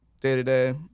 day-to-day